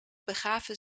begaven